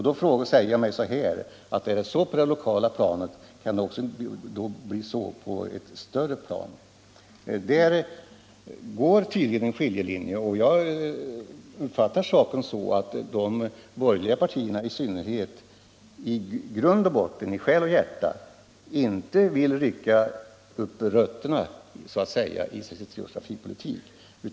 Då säger jag mig att det kanske kan bli likadant på ett högre plan som på det lokala planet. Där går tydligen en skiljelinje, och jag uppfattar saken så att framför allt de borgerliga partierna i själ och hjärta inte vill rycka upp rötterna i den nuvarande trafikpolitiken.